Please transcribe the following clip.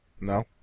No